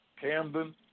Camden